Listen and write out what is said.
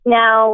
now